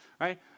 right